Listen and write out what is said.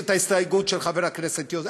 את ההסתייגות של חבר הכנסת יוסי יונה.